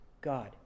God